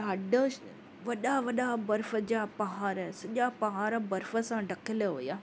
ॾाढो वॾा वॾा बर्फ़ जा पहाड़ सॼा पहाड़ बर्फ़ सां ढकियलु हुया